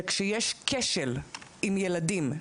שכאשר יש כשל עם ילדים,